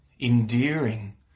endearing